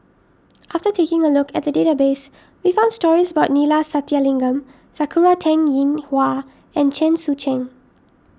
after taking a look at the database we found stories about Neila Sathyalingam Sakura Teng Ying Hua and Chen Sucheng